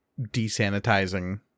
desanitizing